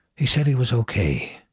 he said he was ok.